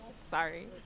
Sorry